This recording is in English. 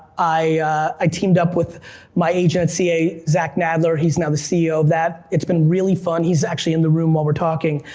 i teamed up with my agent ca, zach nadler, he's now the ceo of that. it's been really fun, he's actually in the room while we're talking.